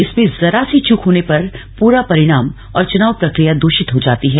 इसमें जरा सी चूक होने पर पूरा परिणाम और चुनाव प्रक्रिया दूषित हो जाती है